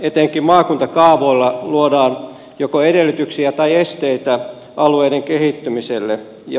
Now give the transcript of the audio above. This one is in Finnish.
etenkin maakuntakaavoilla luodaan joko edellytyksiä tai esteitä alueiden kehittymiselle